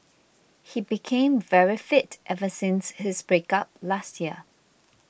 he became very fit ever since his breakup last year